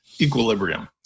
equilibrium